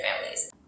families